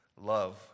love